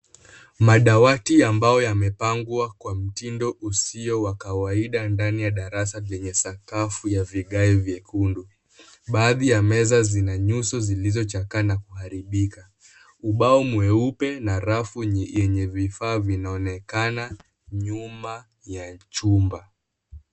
Madawati ya mbao yamepangwa kwa mtindo usio wa kawaida ndani ya darasa lenye sakafu la vigae vyekundu. Baadhi ya meza zina nyuso zilizochakaa na kuharibika. Ubao mweupe na rafu yenye vifaa vinaonekana nyuma ya chumba.